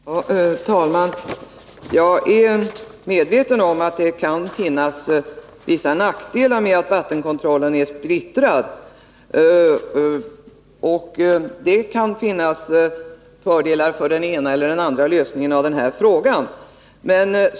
Herr talman! Jag är medveten om att det kan finnas vissa nackdelar med att vattenkontrollen är splittrad. Det kan finnas fördelar med den ena eller andra lösningen på denna fråga.